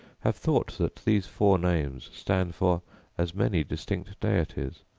have thought that these four names stand for as many distinct deities,